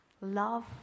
love